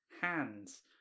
hands